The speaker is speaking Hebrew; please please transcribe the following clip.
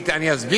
מה זה קשור?